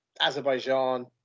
Azerbaijan